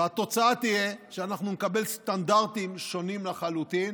והתוצאה תהיה שאנחנו נקבל סטנדרטים שונים לחלוטין